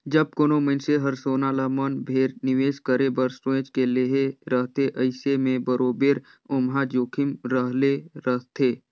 जब कोनो मइनसे हर सोना ल मन भेर निवेस करे बर सोंएच के लेहे रहथे अइसे में बरोबेर ओम्हां जोखिम रहले रहथे